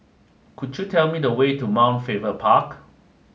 could you tell me the way to Mount Faber Park